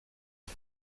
est